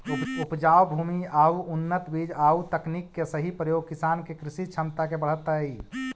उपजाऊ भूमि आउ उन्नत बीज आउ तकनीक के सही प्रयोग किसान के कृषि क्षमता के बढ़ऽतइ